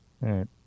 right